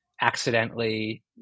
accidentally